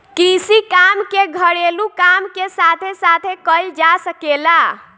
कृषि काम के घरेलू काम के साथे साथे कईल जा सकेला